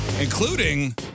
including